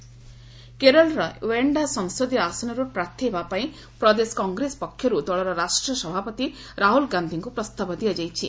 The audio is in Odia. ରାହ୍ନଲ୍ କେରଳ କେରଳର ଓ୍ୱେଆଣ୍ଡା ସଂସଦୀୟ ଆସନରୁ ପ୍ରାର୍ଥୀ ହେବାପାଇଁ ପ୍ରଦେଶ କଂଗ୍ରେସ ପକ୍ଷରୁ ଦଳର ରାଷ୍ଟ୍ରୀୟ ସଭାପତି ରାହୁଲ୍ ଗାନ୍ଧିଙ୍କୁ ପ୍ରସ୍ତାବ ଦିଆଯାଇଛି